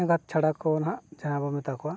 ᱮᱸᱜᱟᱛ ᱪᱷᱟᱲᱟ ᱠᱚ ᱱᱟᱦᱟᱜ ᱡᱟᱦᱟᱵᱚᱱ ᱢᱮᱛᱟ ᱠᱚᱣᱟ